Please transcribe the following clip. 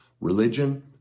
religion